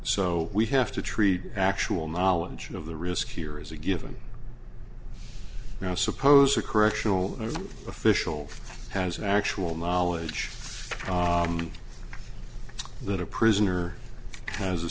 so we have to treat actual knowledge of the risk here as a given now suppose a correctional official has actual knowledge that a prisoner has a